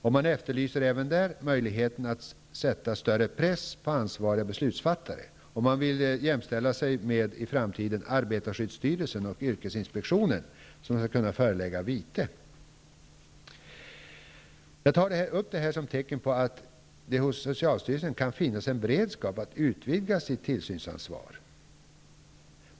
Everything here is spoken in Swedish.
Även socialstyrelsen efterlyser möjligheten att sätta större press på ansvariga beslutsfattare, och man vill i framtiden jämställa sig med arbetarskyddsstyrelsen och yrkesinspektionen och alltså kunna förelägga vite. Jag tar upp det här som tecken på att det hos socialstyrelsen kan finnas en beredskap att utvidga sitt tillsynsansvar.